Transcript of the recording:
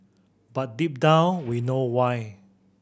but deep down we know why